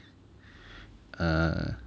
err